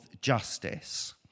justice